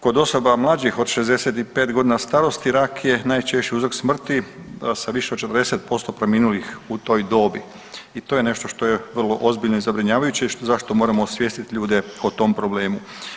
Kod osoba mlađih od 65 godina starosti rak je najčešći uzrok smrti sa više od 40% preminulih u toj dobi i to je nešto što je vrlo ozbiljno i zabrinjavajuće i zašto moramo osvijestiti ljude o tom problemu.